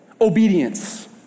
obedience